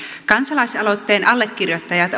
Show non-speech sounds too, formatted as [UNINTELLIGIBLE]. kansalaisaloitteen allekirjoittajat [UNINTELLIGIBLE]